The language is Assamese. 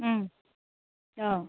অঁ